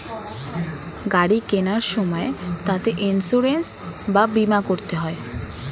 গাড়ি কেনার সময় তাতে ইন্সুরেন্স বা বীমা করতে হয়